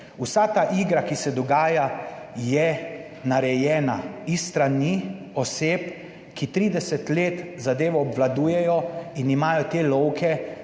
vsa ta igra, ki se dogaja, je narejena s strani oseb, ki 30 let zadevo obvladujejo in imajo te lovke